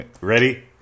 ready